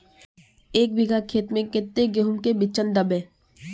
एक बिगहा खेत में कते गेहूम के बिचन दबे?